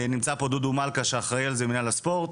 נמצא פה דודו מלכא שאחראי על זה במינהל הספורט,